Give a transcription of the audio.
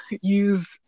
use